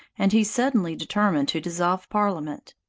and he suddenly determined to dissolve parliament.